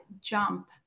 jump